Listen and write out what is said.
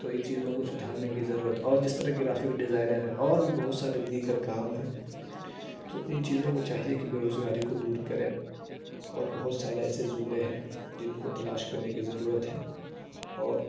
تو ان چیزوں کو سدھارنے کی ضرورت اور جس طرح گرافک ڈیزائنر ہیں اور بھی بہت سارے دیگر کام ہیں تو ان چیزوں کو چاہیے کہ بے روزگاری کو دور کرے اور بہت سارے ایسے زمرے ہیں جن کو تلاش کرنے کی ضرورت ہے اور